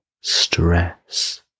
stress